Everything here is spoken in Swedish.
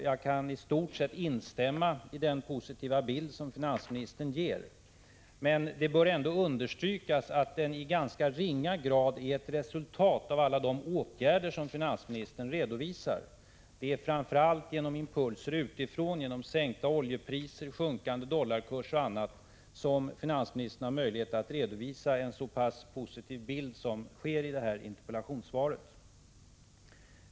Jag kan i stort sett instämma i finansministerns positiva beskrivning. Men det bör ändå understrykas att det nuvarande läget i ganska ringa grad är ett resultat av alla de åtgärder som finansministern räknade upp. Det är framför allt genom impulser utifrån, sänkta oljepriser, sjunkande dollarkurs och annat, som finansministern har möjlighet att redovisa en så pass positiv bild som i interpellationssvaret.